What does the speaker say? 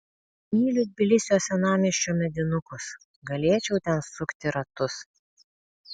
myliu tbilisio senamiesčio medinukus galėčiau ten sukti ratus